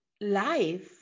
life